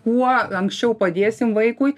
kuo anksčiau padėsim vaikui